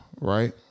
right